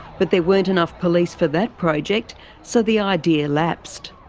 but there weren't enough police for that project so the idea lapsed.